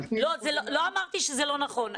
אבל --- לא אמרתי שזה לא נכון,